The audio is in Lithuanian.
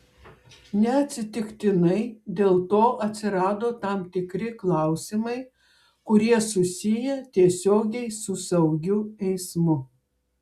neatsitiktinai dėl to atsirado tam tikri klausimai kurie susiję tiesiogiai su saugiu eismu